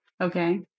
okay